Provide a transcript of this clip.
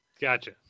gotcha